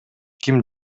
ким